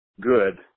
good